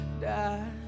die